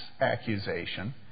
accusation